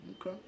Okay